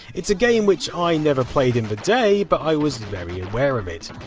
it's a game which i never played in the day, but i was very aware of it.